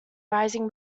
rising